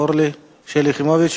אורלי, שלי יחימוביץ,